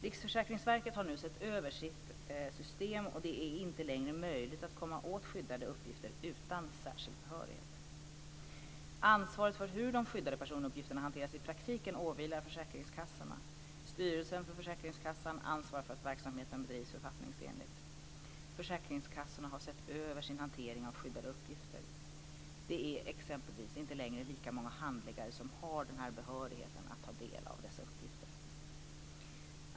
Riksförsäkringsverket har nu sett över sitt system, och det är inte längre möjligt att komma åt skyddade uppgifter utan särskild behörighet. Ansvaret för hur de skyddade personuppgifterna hanteras i praktiken åvilar försäkringskassorna. Styrelsen för försäkringskassan ansvarar för att verksamheten bedrivs författningsenligt. Försäkringskassorna har sett över sin hantering av skyddade uppgifter. Det är exempelvis inte längre lika många handläggare som har behörighet att ta del av sådana uppgifter.